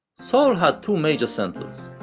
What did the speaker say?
soul had two major centers.